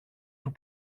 του